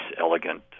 elegant